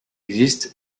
existe